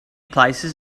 places